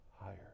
higher